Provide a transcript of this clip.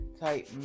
type